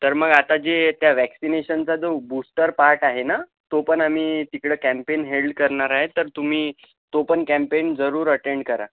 तर मग आता जे त्या वॅक्सीनेशनचा जो बुस्टर पार्ट आहे ना तो पण आम्ही तिकडे कॅम्पेन हेल्ड करणार आहे तर तुम्ही तो पण कॅम्पेन जरूर अटेंड करा